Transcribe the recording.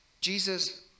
Jesus